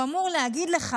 הוא אמור להגיד לך.